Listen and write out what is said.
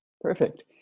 perfect